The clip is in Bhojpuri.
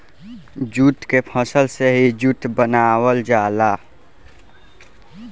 जूट के फसल से ही जूट बनावल जाला